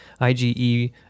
IgE